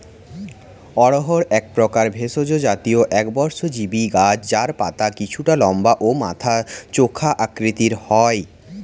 অড়হর একপ্রকার ভেষজ জাতীয় একবর্ষজীবি গাছ যার পাতা কিছুটা লম্বা ও মাথা চোখা আকৃতির হয়